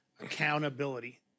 Accountability